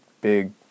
big